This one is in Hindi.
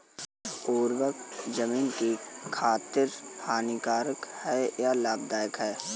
उर्वरक ज़मीन की खातिर हानिकारक है या लाभदायक है?